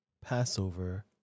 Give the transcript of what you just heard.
Passover